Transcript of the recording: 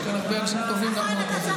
יש פה הרבה אנשים טובים גם באופוזיציה.